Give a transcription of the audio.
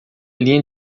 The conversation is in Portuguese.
linha